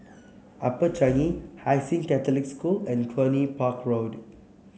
Upper Changi Hai Sing Catholic School and Cluny Park Road